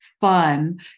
fun